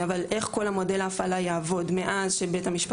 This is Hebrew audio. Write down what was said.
אבל זה בעצם איך כל מודל ההפעלה יעבוד מאז שבית המשפט